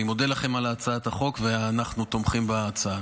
אני מודה לכם על הצעת החוק, ואנחנו תומכים בהצעה.